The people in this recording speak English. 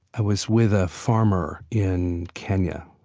i was with a farmer in kenya.